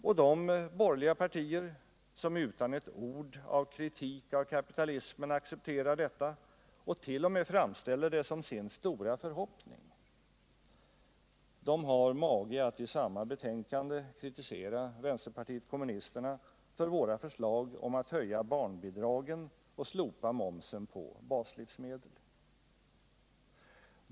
Och de borgerliga partier som utan ett ord av kritik av kapitalismen accepterar detta och t.o.m. framställer det som sin stora förhoppning — de har mage att i samma betänkande kritisera vänsterpartiet kommunisterna för våra förslag om att höja barnbidragen och slopa momsen på baslivsmedel.